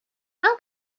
how